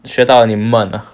学到了你闷 uh